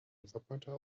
laserpointer